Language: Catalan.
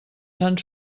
sants